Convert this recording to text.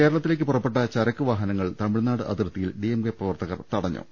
കേരളത്തിലേക്ക് പുറപ്പെട്ട ചരക്കുവാഹനങ്ങൾ തമിഴ്നാട് അതിർത്തിയിൽ ഡി എം കെ പ്രവർത്തകർ തടഞ്ഞു